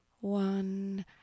one